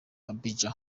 abidjan